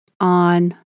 On